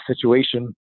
situation